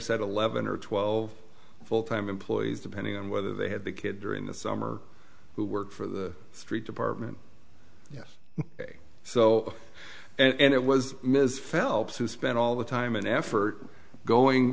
said eleven or twelve full time employees depending on whether they had the kid during the summer who work for the street department yes so and it was ms phelps who spent all the time and effort going